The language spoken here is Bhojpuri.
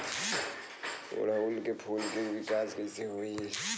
ओड़ुउल के फूल के विकास कैसे होई?